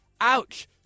ouch